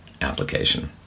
application